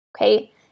okay